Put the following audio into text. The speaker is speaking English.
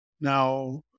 Now